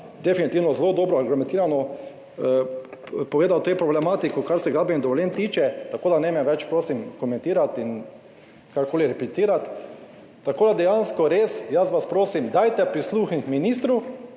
definitivno zelo dobro argumentirano povedal o tej problematiki, kar se gradbenih dovoljenj tiče. Tako da ne me več prosim komentirati in karkoli replicirati. Tako, da dejansko res jaz vas prosim dajte prisluhniti ministru,